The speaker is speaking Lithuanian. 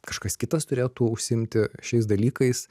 kažkas kitas turėtų užsiimti šiais dalykais